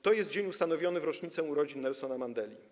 To jest dzień ustanowiony w rocznicę urodzin Nelsona Mandeli.